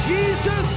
Jesus